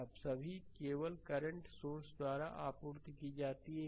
slide समय देखें 1236 तो सभी केवल करंट सोर्स द्वारा आपूर्ति की जाती है